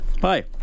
Hi